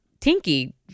Tinky